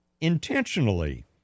intentionally